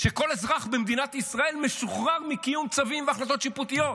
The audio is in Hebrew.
שכל אזרח במדינת ישראל משוחרר מקיום צווים והחלטות שיפוטיות.